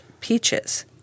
peaches